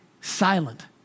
silent